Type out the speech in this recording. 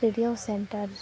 radio centre